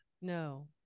No